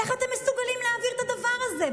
איך אתם מסוגלים להעביר את הדבר הזה?